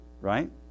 right